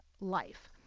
life